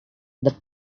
and